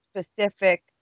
specific